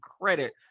credit